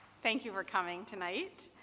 thank you for coming tonight.